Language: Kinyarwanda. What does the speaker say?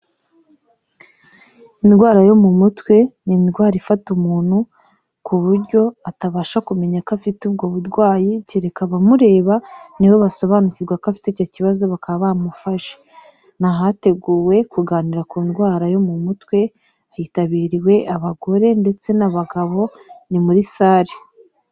Indwara yo mu mutwe ni indwara ifata umuntu ku buryo atabasha kumenya ko afite ubwo burwayi kereka abamureba nibo basobanukirwa ko afite icyo kibazo bakaba bamufasha ni ahateguwe kuganira ku ndwara yo mu mutwe hitabiriwe abagore ndetse n'abagabo ni muri sare.